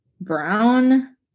Brown